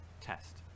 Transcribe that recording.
test